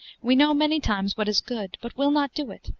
we know many times what is good, but will not do it,